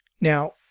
Now